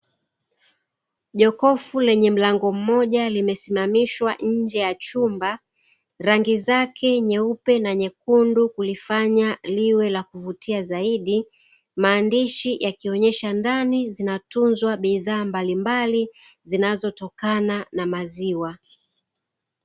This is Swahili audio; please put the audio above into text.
Jokofu lenye mlango mmoja limesimamishwa nje ya chumba, rangi zake nyeupe na nyekundu hulifanya liwe la kuvutia zaidi. Maandishi yakionyesha ndani zinatunzwa bidhaa mbalimbali zinazotokana na maziwa.